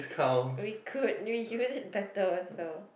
we could use use it better so